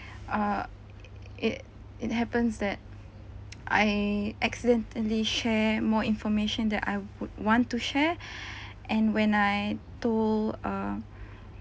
err it it happens that I accidentally share more information that I would want to share and when I told err